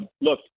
look